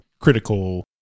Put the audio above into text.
critical